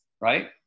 right